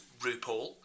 RuPaul